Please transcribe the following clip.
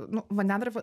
nu vandentvarka